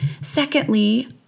Secondly